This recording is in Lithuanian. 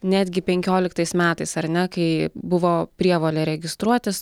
netgi penkioliktais metais ar ne kai buvo prievolė registruotis